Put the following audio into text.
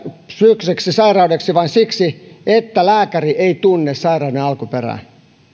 psyykkisesti sairaaksi vain siksi että lääkäri ei tunne sairauden alkuperää